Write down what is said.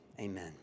amen